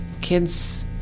kids